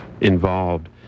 involved